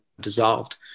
dissolved